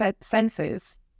senses